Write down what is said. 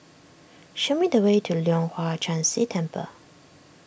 show me the way to Leong Hwa Chan Si Temple